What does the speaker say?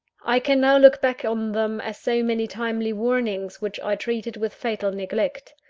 i can now look back on them, as so many timely warnings which i treated with fatal neglect.